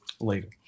later